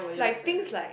like things like